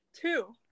two